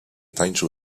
tańczył